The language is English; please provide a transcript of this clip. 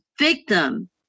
victim